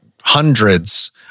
hundreds